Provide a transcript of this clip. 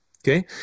Okay